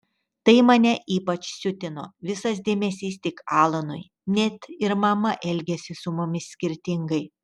tai mane ypač siutino visas dėmesys tik alanui net ir mama elgėsi su mumis skirtingai